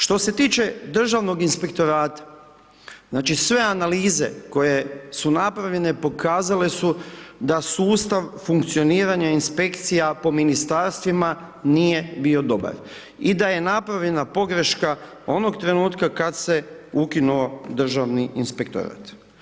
Što se tiče Državnog inspektorata, znači sve analize koje su napravljene pokazale su da sustav funkcioniranja inspekcija po ministarstvima nije bio dobar i da je napravljena pogreška onog trenutka kada se ukinuo Državni inspektorat.